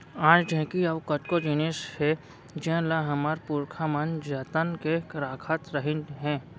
आज ढेंकी अउ कतको जिनिस हे जेन ल हमर पुरखा मन जतन के राखत रहिन हे